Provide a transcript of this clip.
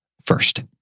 first